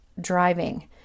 driving